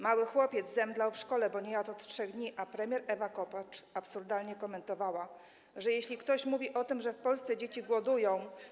Mały chłopiec zemdlał w szkole, bo nie jadł od 3 dni, a premier Ewa Kopacz absurdalnie komentowała, że jeśli ktoś mówi o tym, że w Polsce dzieci głodują.